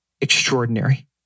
extraordinary